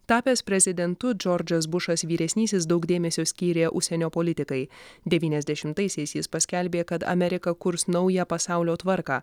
tapęs prezidentu džordžas bušas vyresnysis daug dėmesio skyrė užsienio politikai devyniasdešimtaisiais jis paskelbė kad amerika kurs naują pasaulio tvarką